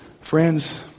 Friends